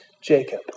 Jacob